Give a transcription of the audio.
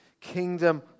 kingdom